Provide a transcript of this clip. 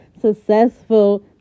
successful